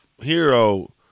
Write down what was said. hero